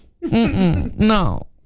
No